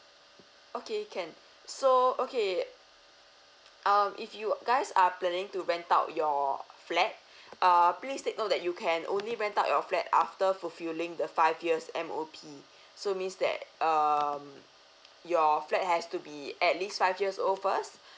okay can so okay um if you guys are planning to rent out your flat uh please take note that you can only rent out your fat after fulfilling the five years M_O_P so means that um your flat has to be at least five years old first